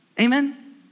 Amen